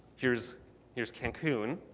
here's here's cancun.